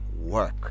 work